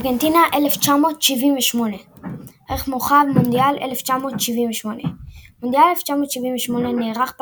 ארגנטינה 1978 ערך מורחב – מונדיאל 1978 מונדיאל 1978 נערך בארגנטינה,